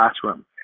classroom